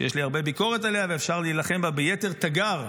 שיש לי הרבה ביקורת עליה ואפשר להילחם בה ביתר תגר,